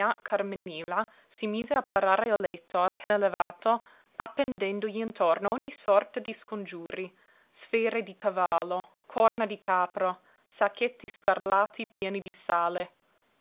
carminilla si mise a parare il letto appena levato appendendogli intorno ogni sorta di scongiuri sferre di cavallo corna di capro sacchetti scarlatti pieni di sale